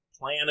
plan